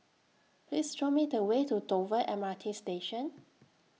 Please Show Me The Way to Dover M R T Station